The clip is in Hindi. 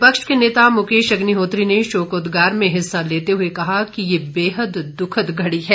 विपक्ष के नेता मुकेश अग्निहोत्री ने शोकोद्गार में हिस्सा लेते हुए कहा कि यह बहुत ही दुखद घड़ी है